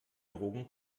drogen